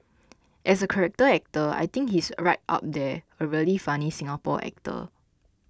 as a character actor I think he's right up there a really funny Singapore actor